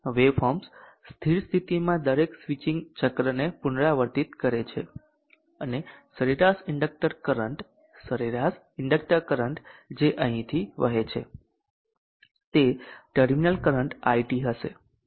waveforms સ્થિર સ્થિતિમાં દરેક સ્વિચિંગ ચક્રને પુનરાવર્તિત કરે છે અને સરેરાશ ઇન્ડક્ટર કરંટ સરેરાશ ઇન્ડક્ટર કરંટ જે અહીંથી વહે છે તે ટર્મિનલ કરંટ IT હશે